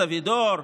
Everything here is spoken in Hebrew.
סבידור,